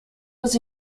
was